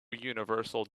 universal